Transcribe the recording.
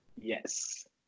Yes